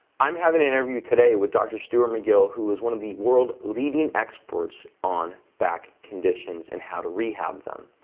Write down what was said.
i'm having an interview today with doctor stuart mcgill, who is one of the world's leading experts on back conditions and how to rehab them,